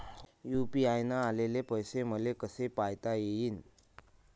UPI न आलेले पैसे मले कसे पायता येईन?